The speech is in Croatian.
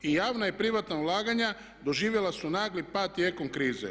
I javna i privatna ulaganja doživjela su nagli pad tijekom krize.